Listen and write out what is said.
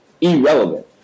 irrelevant